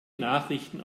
nachrichten